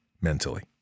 mentally